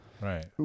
Right